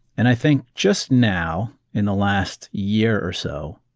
and i think just now in the last year or so,